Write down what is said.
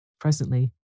Presently